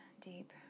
deep